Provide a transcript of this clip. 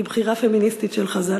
היא בחירה פמיניסטית של חז"ל.